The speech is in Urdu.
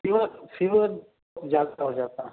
فیور فیور زیادہ ہو جاتا